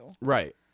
Right